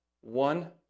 one